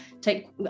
take